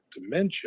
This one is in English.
dementia